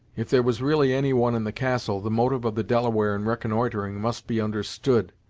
if there was really any one in the castle, the motive of the delaware in reconnoitering must be understood,